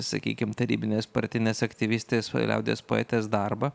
sakykim tarybinės partinės aktyvistės liaudies poetės darbą